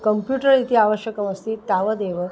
computer इति आवश्यकमस्ति तावदेव